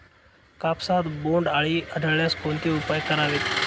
कापसात बोंडअळी आढळल्यास कोणते उपाय करावेत?